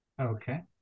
Okay